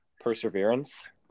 Perseverance